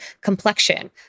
complexion